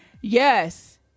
Yes